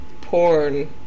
porn